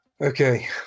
Okay